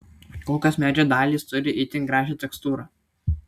kokios medžio dalys turi itin gražią tekstūrą